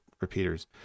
repeaters